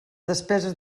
despeses